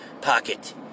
pocket